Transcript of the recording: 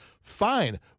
Fine